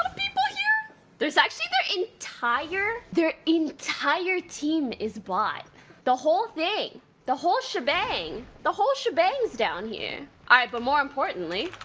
people here there's actually their entire their entire team is bot the whole thing the whole shebang the whole shebangs down here alright but more importantly